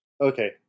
okay